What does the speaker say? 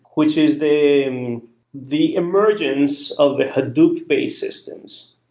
which is the the emergency of the hadoop-based systems.